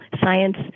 science